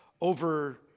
over